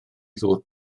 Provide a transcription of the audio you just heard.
ddŵr